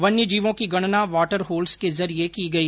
वन्यजीवों की गणना वॉटर होल्स के जरिए की गई